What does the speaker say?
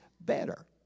better